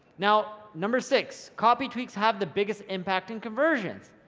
now. number six, copy tweaks have the biggest impact in conversions,